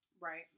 Right